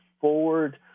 forward